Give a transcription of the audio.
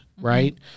right